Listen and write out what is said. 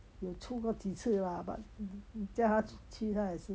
有出过几次 lah but 叫她出去她也是